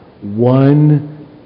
one